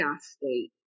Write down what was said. state